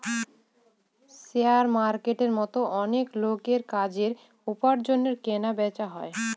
share মার্কেটের মতো অনেক লোকের কাজের, উপার্জনের কেনা বেচা হয়